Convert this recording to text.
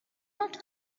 not